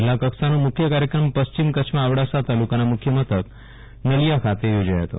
જીલ્લા કક્ષાનો મુખ્ય કાર્યક્રમ પશ્ચિમ કચ્છમાં અબડાસા તાલુકાના મુખ્ય મથક નલીયા ખાતે યોજાયો ફતો